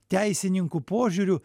teisininkų požiūriu